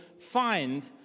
find